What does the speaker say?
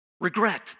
Regret